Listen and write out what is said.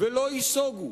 ולא ייסוגו,